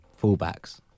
fullbacks